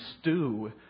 stew